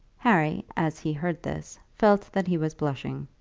harry, as he heard this, felt that he was blushing.